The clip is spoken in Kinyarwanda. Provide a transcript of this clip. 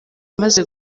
amaze